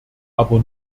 aber